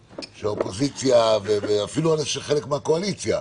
שהאופוזיציה ואפילו חלק מחברי הקואליציה,